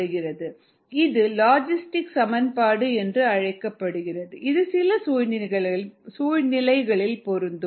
𝑥 𝑥0 𝑎𝑡 𝑡 0 இது லாஜிஸ்டிக் சமன்பாடு என்று அழைக்கப்படுகிறது இது சில சூழ்நிலைகளில் பொருந்தும்